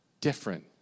different